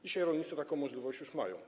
Dzisiaj rolnicy taką możliwość już mają.